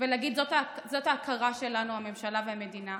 ולהגיד, זאת ההכרה שלנו, הממשלה והמדינה.